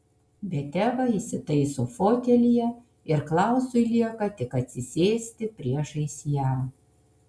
bet eva įsitaiso fotelyje ir klausui lieka tik atsisėsti priešais ją